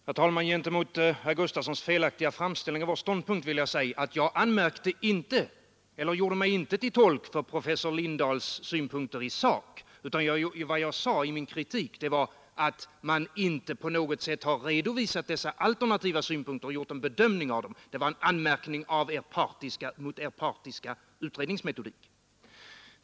Herr talman! Gentemot herr Gustafsons i Göteborg felaktiga framställning av vår ståndpunkt vill jag säga att jag gjorde mig inte till tolk för professor Lindahls synpunkter i sak. utan vad jag sade i min kritik var att man inte på något sätt har redovisat dessa alternativa synpunkter och gjort en bedömning av dem. Det var en anmärkning mot er partiska utredningsmetodik.